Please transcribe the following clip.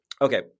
Okay